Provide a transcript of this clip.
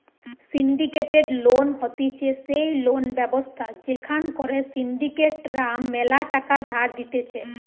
syndicated loan হতিছে সেই loan ব্যবস্থা যেখান করে সিন্ডিকেট রা ম্যালা টাকা ধার দিতেছে